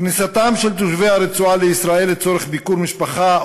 כניסתם של תושבי הרצועה לישראל לצורך ביקור משפחה,